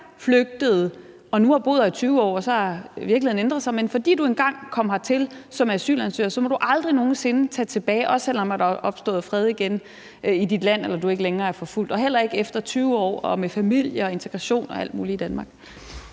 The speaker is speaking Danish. – og nu har boet her i 20 år og virkeligheden har ændret sig – må du aldrig nogen sinde tage tilbage, heller ikke selv om der er opstået fred igen i dit land eller du ikke længere er forfulgt, heller ikke efter 20 år og med familie og integration og alt muligt i Danmark?